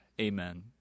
Amen